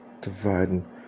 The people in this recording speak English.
dividing